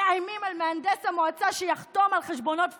מאיימים על מהנדס המועצה שיחתום על חשבונות פיקטיביים.